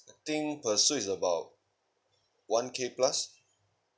I think per suit is about one K plus